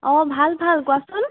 অঁ ভাল ভাল কোৱাচোন